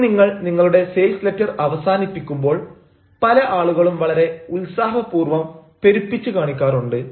ഇനി നിങ്ങൾ നിങ്ങളുടെ സെയിൽസ് ലെറ്റർ അവസാനിപ്പിക്കുമ്പോൾ പല ആളുകളും വളരെ ഉത്സാഹപൂർവ്വം പെരുപ്പിച്ചു കാണിക്കാറുണ്ട്